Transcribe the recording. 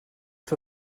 für